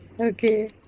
Okay